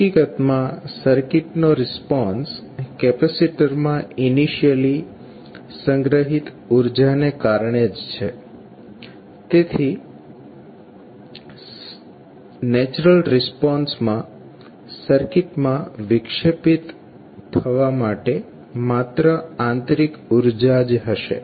હકીકતમાં સર્કિટનો response capacitor માં ઇનિશિયલી સંગ્રહિત ઉર્જાને કારણે જ છે તેથી નેચરલ રિસ્પોન્સમાં સર્કિટમાં વિક્ષેપિત થવા માટે માત્ર આંતરિક ઉર્જા જ હશે